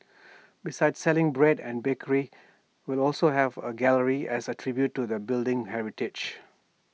besides selling bread and bakery will also have A gallery as A tribute to the building's heritage